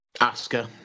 Oscar